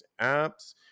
apps